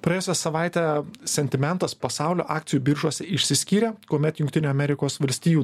praėjusią savaitę sentimentas pasaulio akcijų biržose išsiskyrė kuomet jungtinių amerikos valstijų